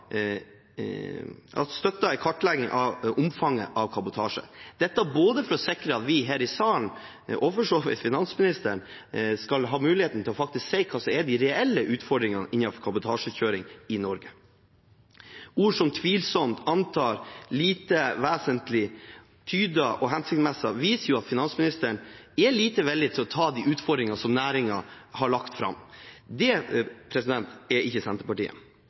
kartlegging av omfanget av kabotasje for å sikre at vi her i salen, og for så vidt finansministeren, skal ha muligheten til faktisk å si hva som er de reelle utfordringene innenfor kabotasjekjøring i Norge. Ord som «tvilsomt», «antas», «lite vesentlig», «tyder» og «hensiktsmessig» viser at finansministeren er lite villig til å ta de utfordringene som næringen har lagt fram. Det er ikke Senterpartiet,